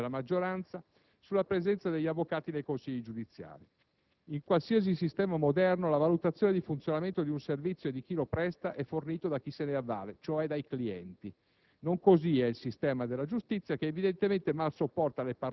Solo così si può infatti spiegare la marcia indietro del Governo e della maggioranza sulla presenza degli avvocati nei consigli giudiziari. In qualsiasi sistema moderno la valutazione di funzionamento di un servizio e di chi lo presta è fornito da chi se ne avvale, cioè dai clienti.